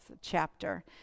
chapter